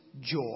joy